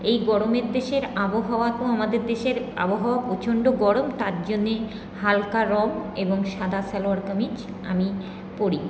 এই গরমের দেশের আবহাওয়া তো আমাদের দেশের আবহাওয়া প্রচন্ড গরম তার জন্যে হালকা রঙ এবং সাদা সালোয়ার কামিজ আমি পরি